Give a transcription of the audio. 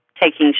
taking